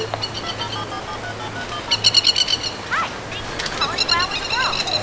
and ah hi. thanks for calling wow in the world.